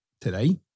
today